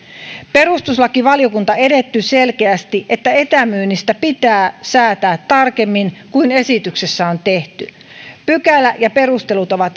perustuslakivaliokunta edellytti selkeästi että etämyynnistä pitää säätää tarkemmin kuin esityksessä on tehty pykälä ja perustelut ovat